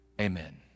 Amen